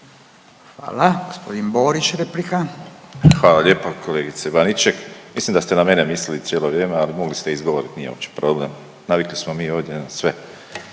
replika. **Borić, Josip (HDZ)** Hvala lijepo. Kolegice Baniček mislim da ste na mene mislili cijelo vrijeme, ali mogli ste izgovoriti nije uopće problem. Navikli smo mi ovdje na sve,